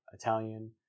Italian